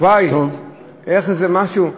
וואי, איך, זה משהו.